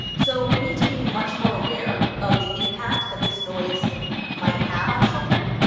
so we need to be much more aware of the impact that this noise might have on children,